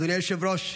אדוני היושב-ראש,